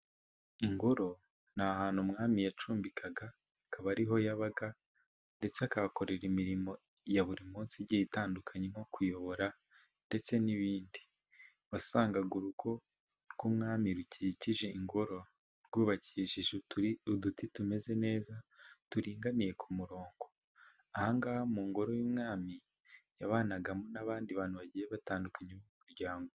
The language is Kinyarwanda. Ingoro ni ahantu umwami yacumbikaga akaba ariho yabaga, ndetse akahakorera imirimo ya buri munsi igi itandukanye, nko kuyobora ndetse n'ibindi. Wasangaga urugo rw'umwami rukikije ingoro rwubakishije uduti tumeze neza turinganiye ku murongo. Aha ngaha mu ngoro y'umwami yabanagamo n'abandi bantu bagiye batandukanye mu muryango.